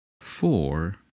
four